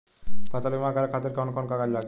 फसल बीमा करे खातिर कवन कवन कागज लागी?